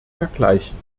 vergleichen